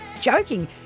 joking